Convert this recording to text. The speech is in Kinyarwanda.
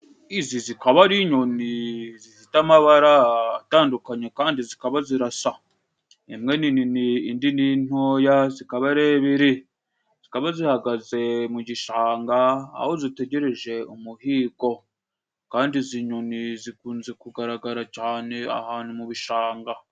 Izi zikaba ari inyoni zifite amabara atandukanye kandi zikaba zirasa, imwe nini indi ni ntoya zikaba ari ibiri, zikaba zihagaze mu gishanga aho zitegereje umuhigo kandi izi nyoni zikunze kugaragara cane ahantu mu bishanga.